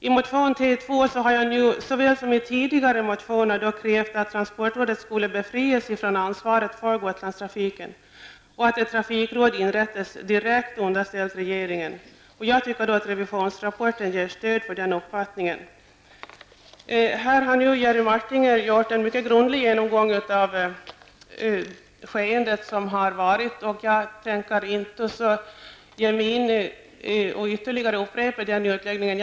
I motion T2 har jag nu, såväl som i tidigare motioner, krävt att transportrådet skall befrias från ansvaret för Gotlandstrafiken och att ett trafikråd inrättas direkt underställt regeringen. Revisionsrapporten ger stöd för denna uppfattning. Jerry Martinger har gjort en mycket grundlig genomgång av det skeende som har varit, och jag tänker inte ytterligare upprepa den utläggningen.